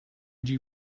would